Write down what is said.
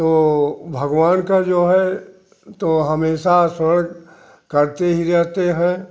तो भगवान का जो है तो हमेशा स्मरण करते ही रहते है